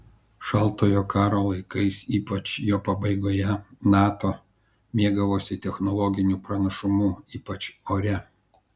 šaltojo karo laikais ypač jo pabaigoje nato mėgavosi technologiniu pranašumu ypač ore